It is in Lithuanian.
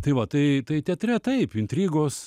tai va tai tai teatre taip intrigos